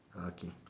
ah K